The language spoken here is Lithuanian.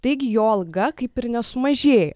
taigi jo alga kaip ir nesumažėjo